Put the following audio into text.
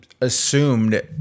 assumed